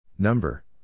Number